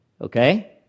Okay